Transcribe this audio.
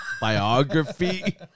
Biography